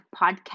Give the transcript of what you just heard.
podcast